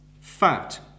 fat